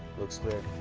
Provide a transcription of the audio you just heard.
looks clear.